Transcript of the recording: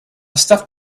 stuffed